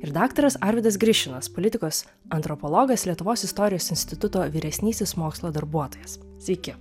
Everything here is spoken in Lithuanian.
ir daktaras arvydas grišinas politikos antropologas lietuvos istorijos instituto vyresnysis mokslo darbuotojas sveiki